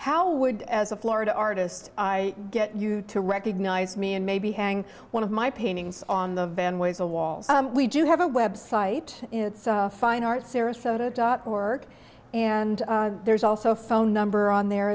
how would as a florida artist i get you to recognize me and maybe hang one of my paintings on the van ways a wall we do have a website it's fine art sarasota dot org and there's also a phone number on there